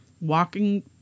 Walking